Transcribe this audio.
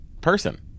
person